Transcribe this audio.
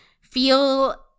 feel